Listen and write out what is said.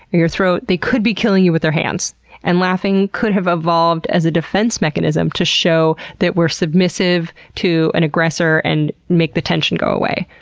or your throat, they could be killing you with their hands and laughing could have evolved as a defensive mechanism to show that we're submissive to an aggressor, and make the tension go away.